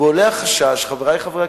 ועולה החשש, חברי חברי הכנסת,